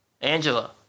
Angela